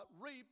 reap